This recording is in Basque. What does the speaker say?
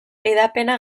hedapena